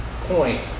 point